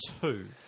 two